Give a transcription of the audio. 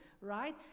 right